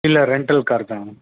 இல்லை rental car தான்